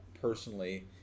personally